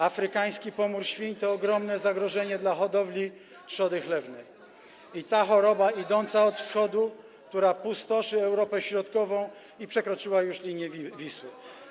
Afrykański pomór świń to ogromne zagrożenie dla hodowli trzody chlewnej, to choroba idąca od wschodu, która pustoszy Europę Środkową i przekroczyła już linię Wisły.